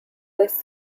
this